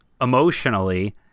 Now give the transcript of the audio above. emotionally